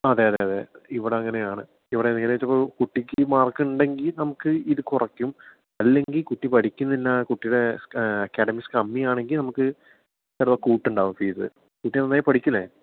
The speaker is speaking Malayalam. അതേയതേയതേ ഇവിടെ അങ്ങനെയാണ് ഇവിടെ കുട്ടിക്ക് മാർക്ക് ഉണ്ടെങ്കിൽ നമുക്ക് ഇത് കുറയ്ക്കും അല്ലെങ്കിൽ കുട്ടി പഠിക്കുന്നില്ല കുട്ടിയുടെ അക്കാഡമിക്സ് കമ്മിയാണെങ്കിൽ നമുക്ക് ചിലപ്പം കുട്ടുണ്ടാവും ഫീസ് കുട്ടി നന്നായി പഠിക്കില്ലേ